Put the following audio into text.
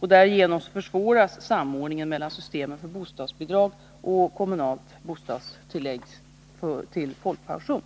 Därigenom försvåras samordningen mellan systemen för bostadsbidrag och kommunalt bostadstillägg till folkpension.